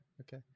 okay